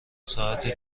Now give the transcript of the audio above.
ساعت